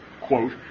quote